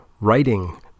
writing